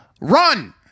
run